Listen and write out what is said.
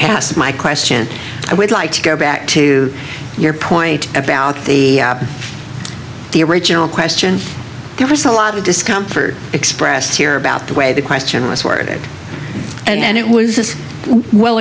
past my question i would like to go back to your point about the the original question there was a lot of discomfort expressed here about the way the question was worded and it was this well